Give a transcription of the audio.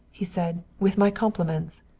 he said. with my compliments.